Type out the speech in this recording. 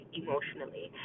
emotionally